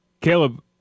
Caleb